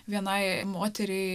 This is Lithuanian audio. vienai moteriai